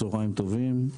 צוהריים טובים.